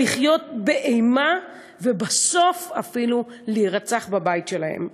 או לחיות באימה, ובסוף אפילו להירצח בבית שלהן.